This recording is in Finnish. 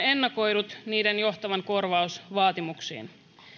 ennakoinut niiden johtavan korvausvaatimuksiin